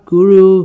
Guru